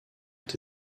ont